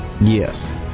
yes